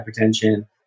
hypertension